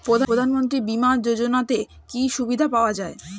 প্রধানমন্ত্রী বিমা যোজনাতে কি কি সুবিধা পাওয়া যায়?